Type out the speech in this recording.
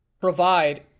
provide